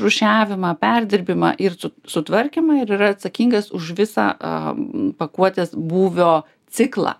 rūšiavimą perdirbimą ir sutvarkymą ir yra atsakingas už visą pakuotės būvio ciklą